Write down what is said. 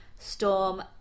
Storm